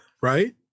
right